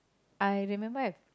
I remember I've